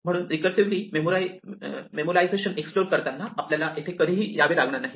म्हणून recursively memoization explore करताना आपल्याला येथे कधीही यावे लागणार नाही